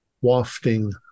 wafting